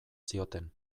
zioten